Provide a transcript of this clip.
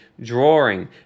drawing